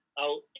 out